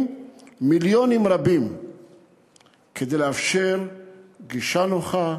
מיליונים רבים כדי לאפשר גישה נוחה,